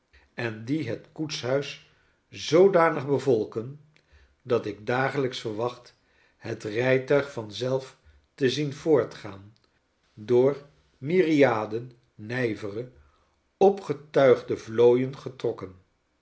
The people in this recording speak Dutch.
en die het koetshuis zoodanig bevolken dat ik dagelijks verwacht het rijtuig vanzelf te zien voortgaan door myriaden nij vere opgetuigde vlooien getrokken